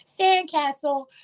sandcastle